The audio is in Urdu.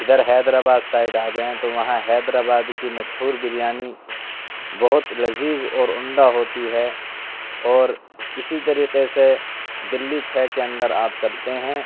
ادھر حیدر آباد سائڈ آ جائیں تو وہاں حیدر آبادی کی مشہور بریانی بہت لذیذ اور عمدہ ہوتی ہے اور اسی طریقے سے دہلی چھ کے اندر آپ چلتے ہیں